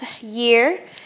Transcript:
year